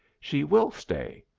she will stay,